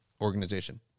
organization